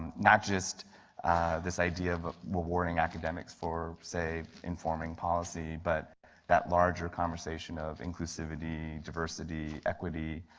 not just this idea of of rewarding academics for say informing policy but that larger conversation of inclusivity, diversity, equity,